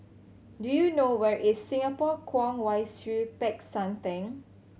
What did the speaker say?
do you know where is Singapore Kwong Wai Siew Peck San Theng